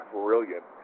brilliant